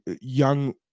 young